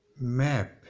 Map